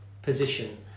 Position